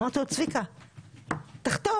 אמרתי לו: צביקה, תחתום.